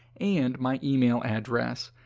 and my email address.